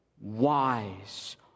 wise